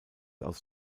aus